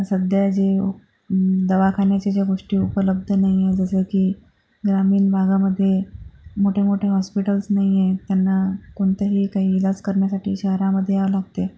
सध्या जे दवाखान्याच्या ज्या गोष्टी उपलब्ध नाही आहे जसं की ग्रामीण भागामध्ये मोठे मोठे हॉस्पिटल्स नाही आहे त्यांना कोणतेही काही इलाज करण्यासाठी शहरामध्ये यावं लागते